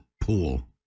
pool